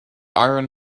iron